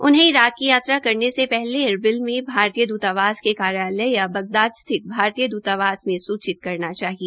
उन्होंने इराक की यात्रा करने से पहले एरबिल में भारतीय दूतावास के कार्यालय या बगदाद स्थित भारतीय द्रतावास में सूचित करना चाहिए